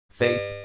faith